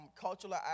cultural